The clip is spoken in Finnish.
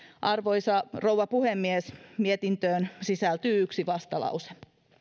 arvoisa rouva puhemies mietintöön sisältyy yksi vastalause